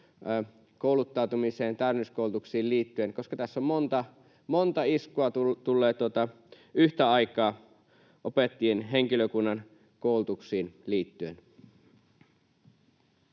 kouluttautumiseen, täydennyskoulutuksiin liittyen, koska tässä monta iskua tulee yhtä aikaa opettajien ja henkilökunnan koulutuksiin liittyen.